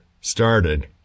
started